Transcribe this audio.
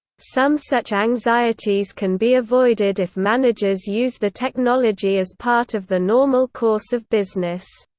some such anxieties can be avoided if managers use the technology as part of the normal course of business.